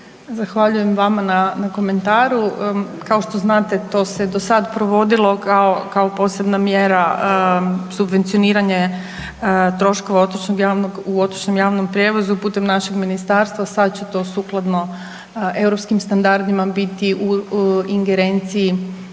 Zahvaljujem vama na komentaru. Kao što znate do se do sad provodilo kao posebna mjera subvencioniranje troškova u otočnom javnom prijevozu putem našeg ministarstva. Sad će to sukladno europskim standardima biti u ingerenciji